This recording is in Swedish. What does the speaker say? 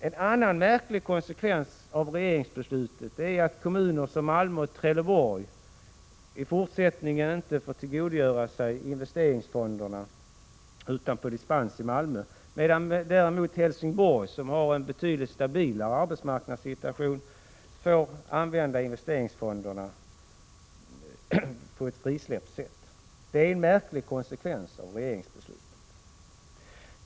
En annan märklig konsekvens av regeringsbeslutet är att kommuner som Malmö och Trelleborg i fortsättningen inte får tillgodogöra sig investeringsfonderna utom på dispens i Malmö, medan däremot i Helsingborg, som har en betydligt stabilare arbetsmarknadssituation, frisläppta investeringsfonder får användas. Det är en märklig konsekvens av regeringsbeslutet.